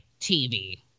TV